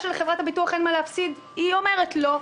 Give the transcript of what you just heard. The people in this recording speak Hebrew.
שלחברת הביטוח אין מה להפסיד היא אומרת: לא.